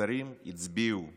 השרים הצביעו